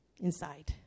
inside